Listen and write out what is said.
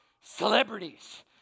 celebrities